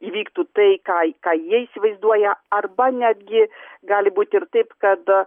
įvyktų tai ką ką jie įsivaizduoja arba netgi gali būti ir taip kad